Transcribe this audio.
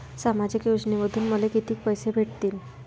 सामाजिक योजनेमंधून मले कितीक पैसे भेटतीनं?